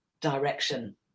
direction